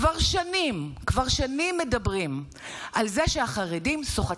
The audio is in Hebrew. כבר שנים, כבר שנים מדברים על זה שהחרדים סוחטים.